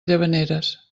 llavaneres